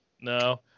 No